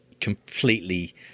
completely